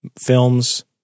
films